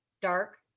dark